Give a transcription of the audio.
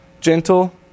gentle